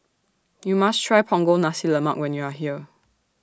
YOU must Try Punggol Nasi Lemak when YOU Are here